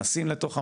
נכנסים לתוך המאגר,